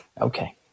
Okay